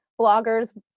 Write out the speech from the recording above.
blogger's